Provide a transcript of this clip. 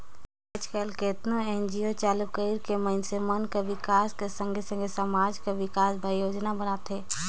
आएज काएल केतनो एन.जी.ओ चालू कइर के मइनसे मन कर बिकास कर संघे संघे समाज कर बिकास बर योजना बनाथे